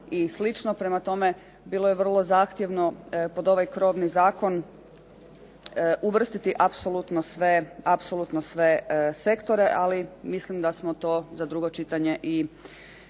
Prema tome, bilo je vrlo zahtjevno pod ovaj krovni zakon uvrstiti apsolutno sve sektore ali mislim da smo to za drugo čitanje i uspjeli.